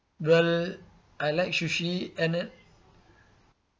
well I like sushi and then